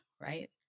right